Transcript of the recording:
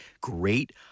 great